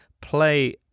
play